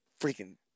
freaking